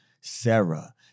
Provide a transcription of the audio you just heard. Sarah